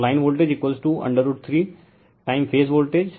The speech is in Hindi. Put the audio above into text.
तो line voltage √ 3 time phase voltage